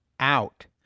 out